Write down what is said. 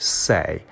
say